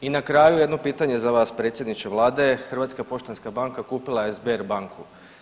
I na kraju, jedno pitanje za vas, predsjedniče Vlade, Hrvatska poštanska banka kupila je Sberbanku.